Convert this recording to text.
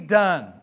done